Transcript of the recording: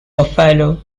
buffalo